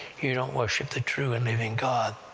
you don't worship the true and living god,